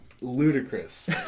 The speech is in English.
ludicrous